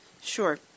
Sure